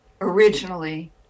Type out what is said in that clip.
originally